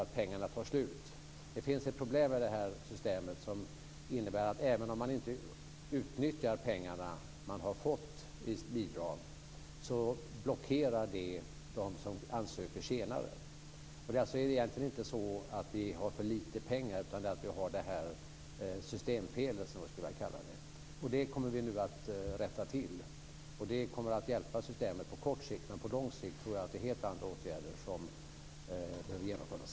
Där vill jag säga att det finns ett problem med det här systemet som innebär att även om man inte utnyttjar de pengar man har fått i bidrag blockerar det dem som ansöker senare. Det är alltså egentligen inte så att vi har för lite pengar, utan vi har ett systemfel här. Det kommer vi nu att rätta till. Det kommer att hjälpa systemet på kort sikt. Men på lång sikt tror jag att det är helt andra åtgärder som behöver genomföras.